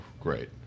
great